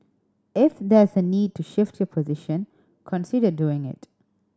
if there's a need to shift your position consider doing it